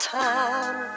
time